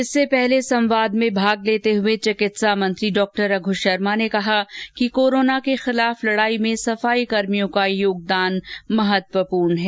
इससे पहले संवाद में भाग लेते हुए चिकित्सा मंत्री डॉ रघु शर्मा ने कहा कि कोरोना के खिलाफ लड़ाई में सफाईकर्मियों का योगदान महत्वपूर्ण है